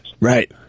Right